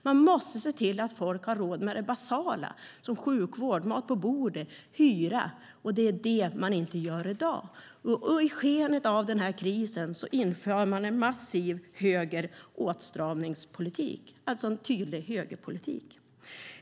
Man måste se till att folk har råd med det basala, som sjukvård, mat på bordet och hyra. Det är det man inte gör i dag. I skenet av den här krisen inför man en massiv åtstramningspolitik, alltså en tydlig högerpolitik.